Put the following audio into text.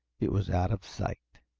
it was out of sight.